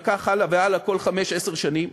וכך הלאה והלאה בכל חמש עשר שנים,